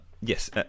yes